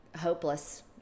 hopeless